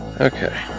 okay